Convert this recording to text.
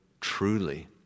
truly